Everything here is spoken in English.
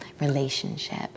relationship